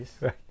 Right